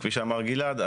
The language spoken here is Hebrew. כפי שאמר גלעד,